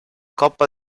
coppa